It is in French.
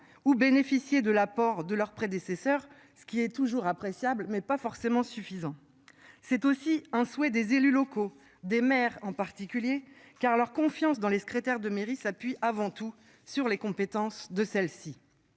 ou bénéficier de l'apport de leurs prédécesseurs. Ce qui est toujours appréciable mais pas forcément suffisant. C'est aussi un souhait des élus locaux des maires en particulier car leur confiance dans les secrétaires de mairie s'appuie avant tout sur les compétences de celle-ci.